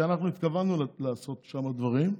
כי אנחנו התכוונו לעשות שם דברים,